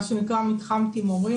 מה שנקרא מתחם תימורים,